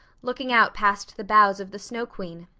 looking out past the boughs of the snow queen,